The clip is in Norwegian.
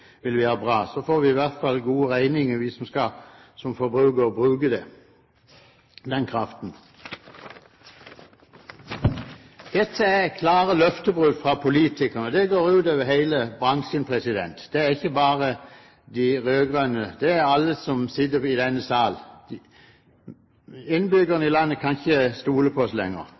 være bra. Så får i hvert fall vi forbrukere, som skal bruke den kraften, gode regninger. Dette er klare løftebrudd fra politikerne. Det går ut over hele bransjen. Det gjelder ikke bare de rød-grønne. Det gjelder alle som sitter i denne salen. Innbyggerne i landet kan ikke lenger stole på oss.